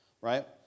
right